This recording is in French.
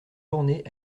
journée